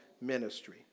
ministry